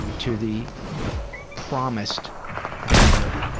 to the promised better,